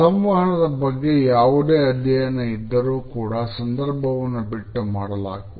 ಸಂವಹನದ ಬಗ್ಗೆ ಯಾವುದೇ ಅಧ್ಯಯನ ಇದ್ದರೂ ಕೂಡ ಸಂದರ್ಭವನ್ನು ಬಿಟ್ಟು ಮಾಡಲಾಗುವುದಿಲ್ಲ